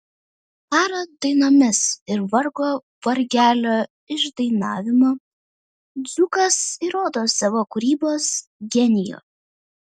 karo dainomis ir vargo vargelio išdainavimu dzūkas įrodo savo kūrybos genijų